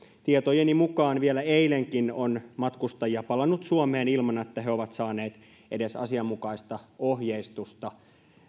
tietojeni mukaan vielä eilenkin on matkustajia palannut suomeen ilman että he ovat saaneet edes asianmukaista ohjeistusta